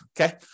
okay